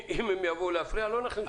אם הם יבואו להפריע, לא נכניס אותם.